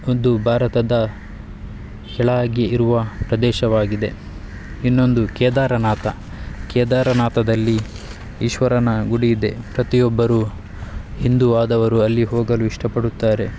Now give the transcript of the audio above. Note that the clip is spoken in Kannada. ಒಂದು ಭಾರತದ ಕೆಳಗೆ ಇರುವ ಪ್ರದೇಶವಾಗಿದೆ ಇನ್ನೊಂದು ಕೇದಾರನಾಥ ಕೇದಾರನಾಥದಲ್ಲಿ ಈಶ್ವರನ ಗುಡಿಯಿದೆ ಪ್ರತಿಯೊಬ್ಬರೂ ಹಿಂದೂ ಆದವರು ಅಲ್ಲಿ ಹೋಗಲು ಇಷ್ಟಪಡುತ್ತಾರೆ